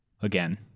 again